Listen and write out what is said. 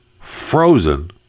frozen